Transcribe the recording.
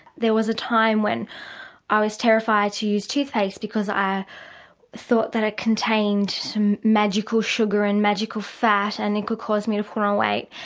there was a time when i was terrified to use toothpaste because i thought ah contained some magical sugar and magical fat and it could cause me to put on weight.